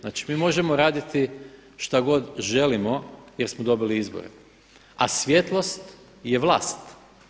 Znači mi možemo raditi što god želimo jer smo dobili izbore a svjetlost je vlast.